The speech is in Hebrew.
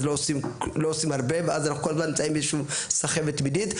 אז לא עושים הרבה ואז אנחנו כל הזמן נמצאים באיזושהי סחבת תמידית.